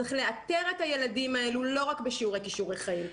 צריך לאתר את הילדים האלה לא רק בשיעורי כישורי חיים.